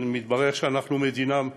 מתברר שאנחנו מדינה,